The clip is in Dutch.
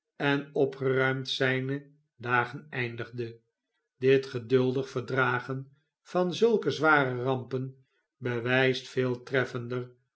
en opgeruimd zijne dagen eindigde dit geduldig verdragen van zulke zware rampen bewijst veel treffender